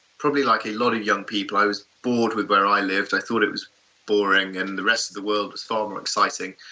probably like a lot of young people, i was bored with where i lived. i thought it was boring and the rest of the world was far more exciting.